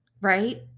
right